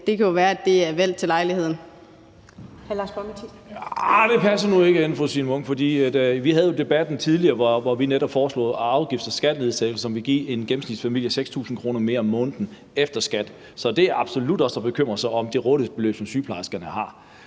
Lars Boje Mathiesen (NB): Arh, det passer nu ikke, fru Signe Munk, for da vi havde debatten tidligere, foreslog vi netop afgifts- og skattenedsættelser, som ville give en gennemsnitsfamilie 6.000 kr. mere om måneden efter skat, og det er absolut også at bekymre sig om det rådighedsbeløb, som sygeplejerskerne har.